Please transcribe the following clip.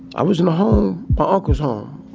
i was in a home my uncle's home.